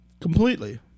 Completely